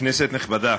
כנסת נכבדה,